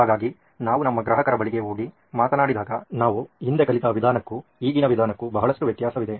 ಹಾಗಾಗಿ ನಾವು ನಮ್ಮ ಗ್ರಾಹಕರ ಬಳಿಗೆ ಹೋಗಿ ಮಾತನಾಡಿದಾಗ ನಾವು ಹಿಂದೆ ಕಲಿತ ವಿಧಾನಕ್ಕೂ ಈಗಿನ ವಿಧಾನಕ್ಕೂ ಬಹಳಷ್ಟು ವ್ಯತ್ಯಾಸವಿದೆ